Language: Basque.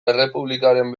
errepublikaren